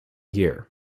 year